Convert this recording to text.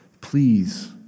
Please